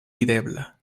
videbla